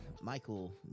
Michael